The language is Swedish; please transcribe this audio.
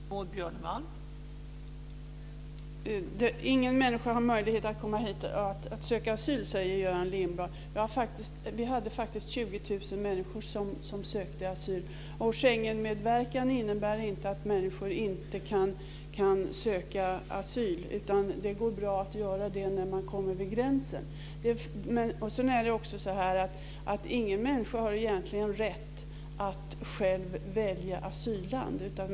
Fru talman! Ingen människa har möjlighet att komma hit och söka asyl, säger Göran Lindblad. Vi hade faktiskt 20 000 människor som sökte asyl. Vår Schengenmedverkan innebär inte att människor inte kan söka asyl. Det går bra att göra det när man kommer vid gränsen. Ingen människa har egentligen rätt att själv välja asylland.